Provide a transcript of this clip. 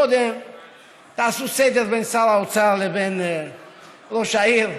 קודם תעשו סדר בין שר האוצר לבין ראש העיר,